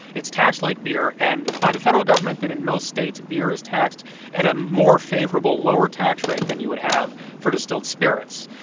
it's taxed like beer. and by the federal government than in most states, beer is taxed at a more favorable, lower tax rate than you would have for distilled spirits.